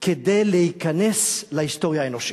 כדי להיכנס להיסטוריה האנושית.